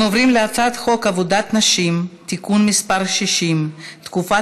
אנחנו עוברים להצעת חוק עבודת נשים (תיקון מס' 60) (תקופת